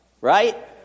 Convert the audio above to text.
Right